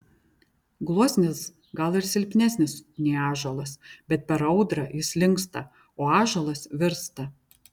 gluosnis gal ir silpnesnis nei ąžuolas bet per audrą jis linksta o ąžuolas virsta